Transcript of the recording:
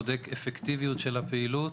בודק אפקטיביות של הפעילות.